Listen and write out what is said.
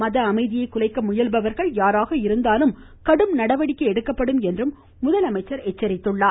மத அமைதியை குலைக்க முயல்பவர்கள் யாராக இருந்தாலும் கடும் நடவடிக்கை எடுக்கப்படும் என்றும் முதலமைச்சர் எச்சரித்துள்ளார்